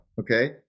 okay